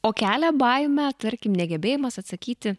o kelia baimę tarkim negebėjimas atsakyti